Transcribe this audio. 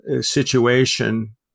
situation